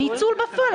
ניצול בפועל.